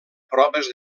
proves